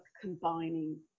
combining